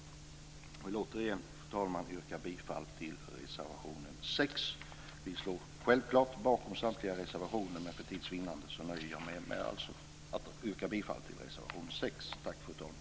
Jag vill återigen, fru talman, yrka bifall till reservation nr 6. Vi står självklart bakom samtliga reservationer, men för tids vinnande nöjer jag mig alltså med att yrka bifall till reservation nr 6.